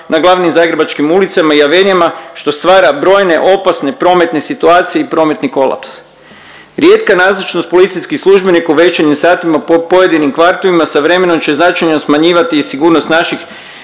na glavnim zagrebačkim ulicama i avenijama, što stvara brojne opasne prometne situacije i prometni kolaps. Rijetka nazočnost policijskih službenika u večernjim satima po pojedinim kvartovima sa vremenom će značajno smanjivati i sigurnost naših